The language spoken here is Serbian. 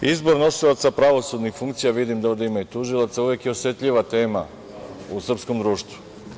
Izbor nosilaca pravosudnih funkcija, vidim da ovde ima i tužilaca, uvek je osetljiva tema u srpskom društvu.